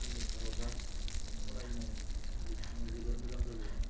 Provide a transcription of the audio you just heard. जोंनि भारतआ फरायनाय बिथिङाव जोबोर मोजां जाबावगोन